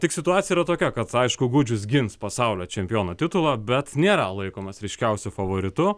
tik situacija yra tokia kad aišku gudžius gins pasaulio čempiono titulą bet nėra laikomas ryškiausiu favoritu